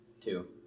Two